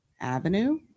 avenue